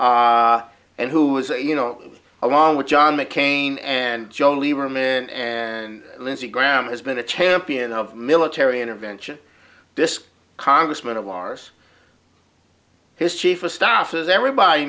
in and who is you know along with john mccain and joe lieberman and lindsey graham has been a champion of military intervention this congressman of ours his chief of staff as everybody